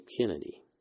Kennedy